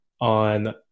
on